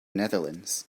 netherlands